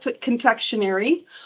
confectionery